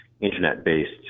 internet-based